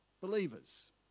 believers